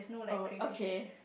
uh okay